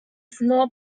small